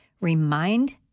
remind